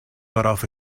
worauf